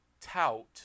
tout